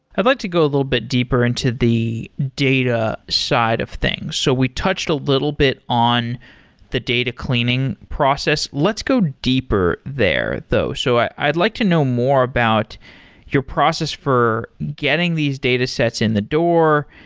i'd like to go a little bit deeper into the data side of things. so we touched a little bit on the data cleaning process. let's go deeper there, though. so i'd like to know more about your process for getting these datasets in the door,